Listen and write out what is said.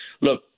Look